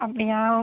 அப்படியா